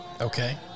Okay